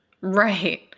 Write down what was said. Right